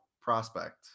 prospect